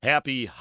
Happy